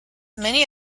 many